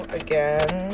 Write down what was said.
again